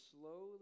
slowly